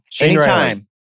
Anytime